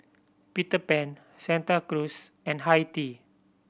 Peter Pan Santa Cruz and Hi Tea